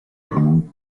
ramón